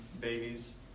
babies